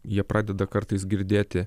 jie pradeda kartais girdėti